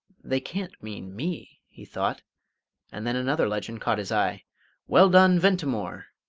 they can't mean me, he thought and then another legend caught his eye well done, ventimore!